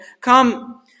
Come